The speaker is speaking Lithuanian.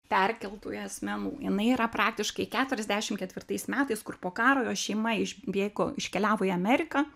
perkeltųjų asmenų jinai yra praktiškai keturiasdešim ketvirtais metais kur po karo jos šeima iš bėgo iškeliavo į ameriką